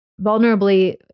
vulnerably